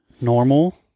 normal